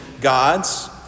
gods